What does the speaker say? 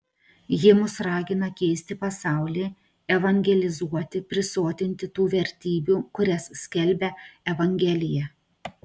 ji mus ragina keisti pasaulį evangelizuoti prisotinti tų vertybių kurias skelbia evangelija